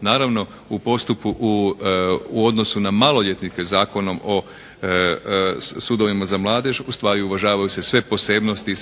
Naravno u postupku u odnosu na maloljetnike Zakonom o sudovima za mladež ustvari uvažavaju se sve posebnosti